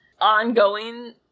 ongoing